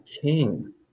king